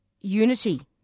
unity